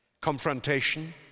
confrontation